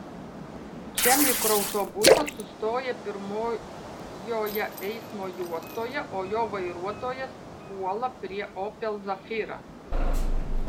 čia mikroautobusas sustoja pirmojoje eismo juostoje o jo vairuotojas puola prie opel zafira